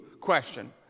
question